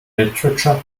literature